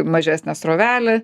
mažesnę srovelę